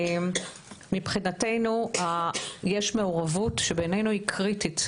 מבחינתנו יש מעורבות שבעינינו היא קריטית.